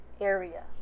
area